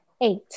eight